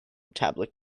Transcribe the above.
tablet